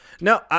No